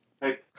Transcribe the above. Hey